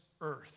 earth